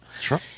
Sure